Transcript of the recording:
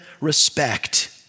respect